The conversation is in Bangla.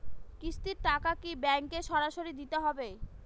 কিস্তির টাকা কি ব্যাঙ্কে সরাসরি দিতে হবে?